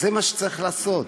זה מה שצריך לעשות.